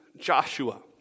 Joshua